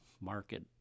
market